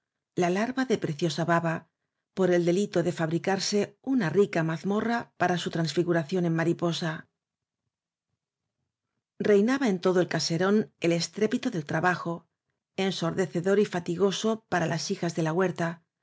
la larva de preciosa baba por el delito de fabricarse una rica mazmorra para su trans figuración en mariposa reinaba en todo el caserón el estrépito del trabajo ensordecedor y fatigoso para las hijas de la huerta